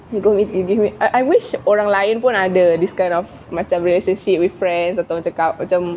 you give me I I wish orang lain pun ada this kind of macam relationship with friends atau macam ka~ macam